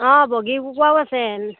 অঁ বগী কুকুৰাও আছে